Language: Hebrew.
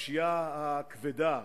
בפשיעה הכבדה,